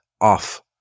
off